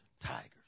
tigers